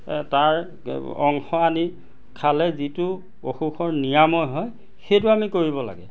তাৰ অংশ আনি খালে যিটো অসুখৰ নিৰাময় হয় সেইটো আমি কৰিব লাগে